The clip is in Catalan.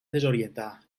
desorientar